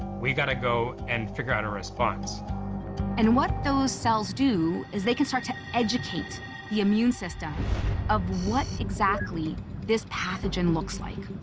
we got to go and figure out a response. alter and what those cells do is, they can start to educate the immune system of what exactly this pathogen looks like.